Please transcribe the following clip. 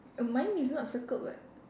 err mine is not circled leh